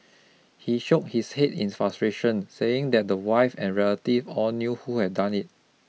he shook his head in frustration saying that the wife and relative all knew who had done it